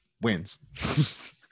wins